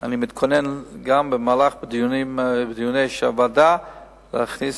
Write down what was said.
אני מתכונן גם במהלך דיוני הוועדה להכניס